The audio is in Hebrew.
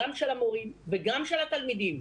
גם של המורים וגם של התלמידים,